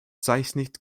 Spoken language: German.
zeichnet